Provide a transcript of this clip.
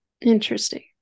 Interesting